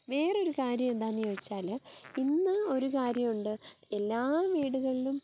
വേറെ ഒരു കാര്യം എന്താന്ന് ചോദിച്ചാല് പിന്നെ ഒരു കാര്യമുണ്ട് എല്ലാ വീടുകളിലും